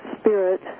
spirit